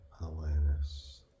awareness